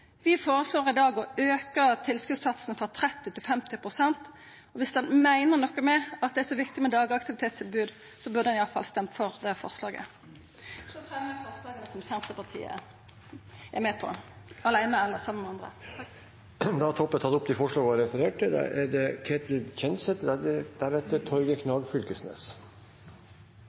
Vi foreslår i dag å auka tilskotssatsen frå 30 pst. til 50 pst. Dersom ein meiner noko med at det er så viktig med dagaktivitetstilbod, burde ein iallfall stemma for det forslaget. Eg fremjar forslaget frå Senterpartiet.